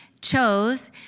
chose